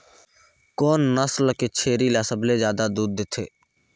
कोन नस्ल के छेरी ल सबले ज्यादा दूध देथे?